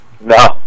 no